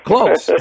Close